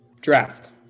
Draft